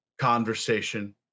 conversation